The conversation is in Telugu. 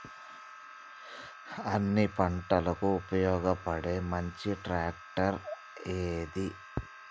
అన్ని పంటలకు ఉపయోగపడే మంచి ట్రాక్టర్ ఏది?